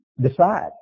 decide